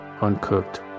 uncooked